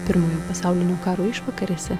pirmojo pasaulinio karo išvakarėse